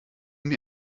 mir